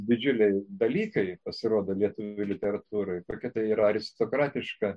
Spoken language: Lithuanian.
didžiuliai dalykai pasirodo lietuvių literatūroj kokia tai yra aristokratiška